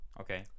Okay